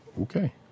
Okay